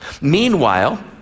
Meanwhile